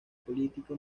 política